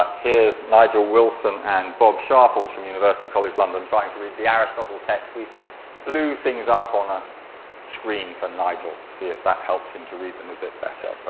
here's nigel wilson and bob sharples from university college london trying to read the aristotle text. we blew things up on a screen for nigel to see if that helped him to read them a bit better.